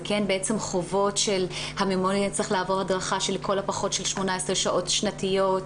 זה חובות שהממונה יצטרך לעבור הדרכה של לכל הפחות 18 שעות שנתיות,